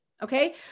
Okay